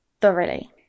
thoroughly